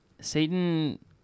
satan